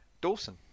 Dawson